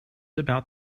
about